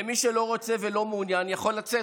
מי שלא רוצה ולא מעוניין יכול לצאת,